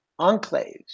enclaves